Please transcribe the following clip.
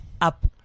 up